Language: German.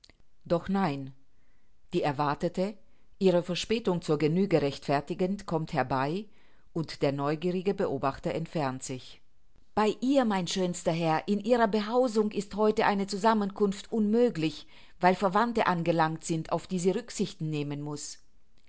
doch nein die erwartete ihre verspätung zur genüge rechtfertigend kommt herbei und der neugierige beobachter entfernt sich bei ihr mein schönster herr in ihrer behausung ist heute eine zusammenkunft unmöglich weil verwandte angelangt sind auf die sie rücksichten nehmen muß